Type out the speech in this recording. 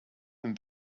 and